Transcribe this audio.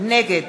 נגד